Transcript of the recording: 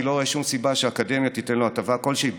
אני לא רואה שום סיבה שהאקדמיה תיתן לו הטבה כלשהי,